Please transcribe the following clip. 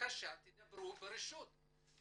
בבקשה תדברו ברשות.